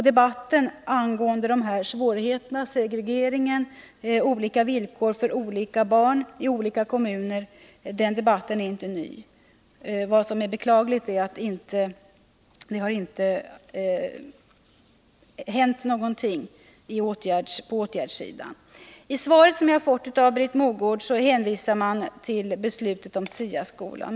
Debatten angående de här svårigheterna — segregeringen, olika villkor för olika barn i olika kommuner — är inte ny. Vad som är beklagligt är att det inte hänt någonting på åtgärdssidan. I svaret som jag har fått av Britt Mogård hänvisas till beslutet om SIA-skolan.